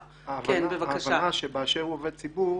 ההבנה ש'באשר הוא עובד ציבור',